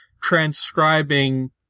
transcribing